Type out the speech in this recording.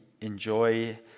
enjoy